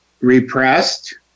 repressed